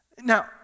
Now